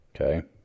Okay